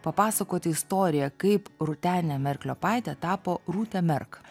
papasakoti istoriją kaip rūtenė merkliopaitė tapo rūtė merk